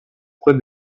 près